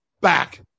back